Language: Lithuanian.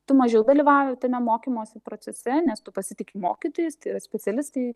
tu mažiau dalyvauji tame mokymosi procese nes tu pasitiki mokytojais tai yra specialistai